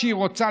כשהיא רוצה,